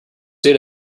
data